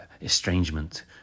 estrangement